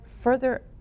further